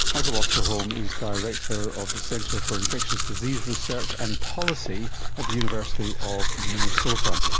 michael osterholm is director of the centre for infectious disease research and policy at the university of minnesota.